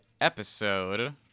episode